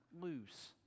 lose